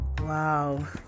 Wow